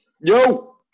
Yo